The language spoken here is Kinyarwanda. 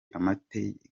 amateke